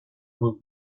move